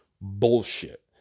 Bullshit